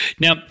Now